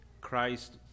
Christ